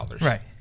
Right